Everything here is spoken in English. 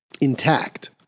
intact